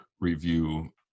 review